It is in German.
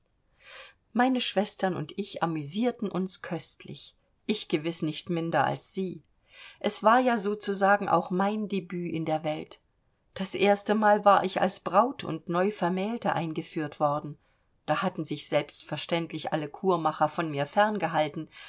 meine schwestern und ich amüsierten uns köstlich ich gewiß nicht minder als sie es war ja sozusagen auch mein debut in der welt das erste mal war ich als braut und neuvermählte eingeführt worden da hatten sich selbstverständlich alle kurmacher von mir